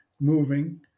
moving